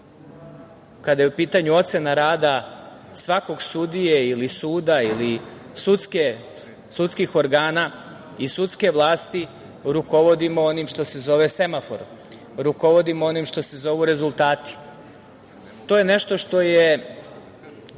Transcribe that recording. kada je u pitanju ocena rada svakog sudije ili suda ili sudskih organa i sudske vlasti, rukovodimo onim što se zove semafor, rukovodimo onim što se zovu rezultati. To je nešto što je